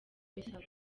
ibisabwa